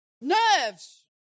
nerves